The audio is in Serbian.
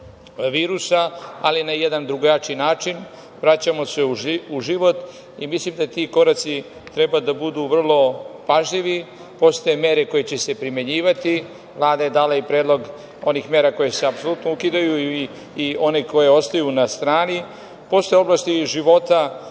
ali na jedan drugačiji način. Vraćamo se u život i mislim da ti koraci treba da budu vrlo pažljivi. Postoje mere koje će se primenjivati. Vlada je dala i predlog onih mera koje se apsolutno ukidaju i onih koje ostaju na strani. Postoje oblasti života